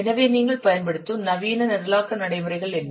எனவே நீங்கள் பயன்படுத்தும் நவீன நிரலாக்க நடைமுறைகள் என்ன